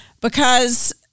because-